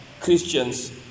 christians